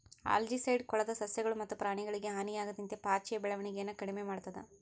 algicide ಕೊಳದ ಸಸ್ಯಗಳು ಮತ್ತು ಪ್ರಾಣಿಗಳಿಗೆ ಹಾನಿಯಾಗದಂತೆ ಪಾಚಿಯ ಬೆಳವಣಿಗೆನ ಕಡಿಮೆ ಮಾಡ್ತದ